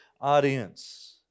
audience